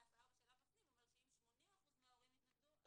14(4) שאליו מפנים אומר שאם 80% מההורים התנגדו,